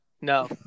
No